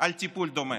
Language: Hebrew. על טיפול דומה.